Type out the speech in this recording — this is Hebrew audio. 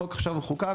החוק עכשיו חוקק,